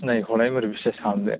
सिनायै खौलाय मारै बिसास खालामदो